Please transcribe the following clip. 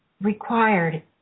required